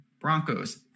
broncos